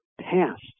past